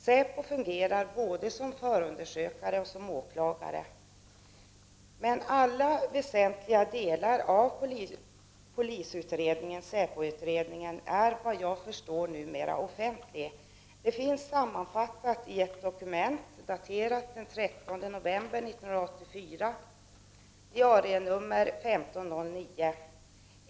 Säpo fungerar både som förundersökningsledare och som åklagare. Enligt vad jag förstår är alla delar av polisutredningen och säpoutredningen offentliga. Det finns sammanfattat i ett dokument daterat den 13 november 1984 med dnr 1509.